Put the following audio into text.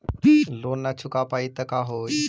Loan न चुका पाई तब का होई?